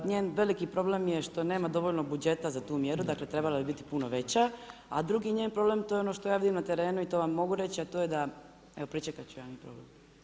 Njen veliki problem je što nema dovoljno budžeta za tu mjeru, dakle trebala je biti puno veća a drugi njen problem, to je ono što ja vidim na terenu i to vam mogu reći, evo pričekati ću ja, nije problem.